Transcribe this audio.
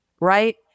right